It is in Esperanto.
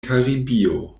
karibio